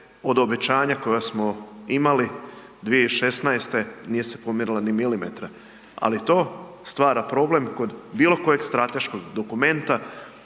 od obećanja koja smo imali 2016. nije se pomjerila ni milimetra. Ali to stvara problem kod bilo kojeg strateškog dokumenta